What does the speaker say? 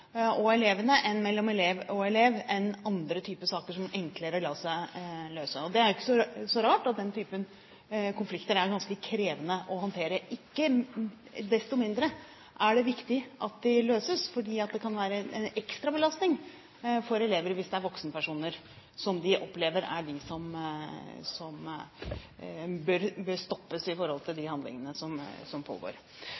og elevene enn mellom elev og elev og andre typer saker som enklere lar seg løse. Det er jo ikke så rart at den type konflikter er ganske krevende å håndtere. Ikke desto mindre at det viktig at de løses, for det kan være en ekstrabelastning for elever hvis de opplever at det er voksenpersoner, som bør stoppes i forhold til de handlingene som pågår. Jeg tror jeg bare må få vise til